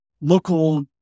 local